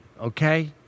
okay